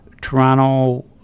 Toronto